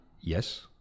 Yes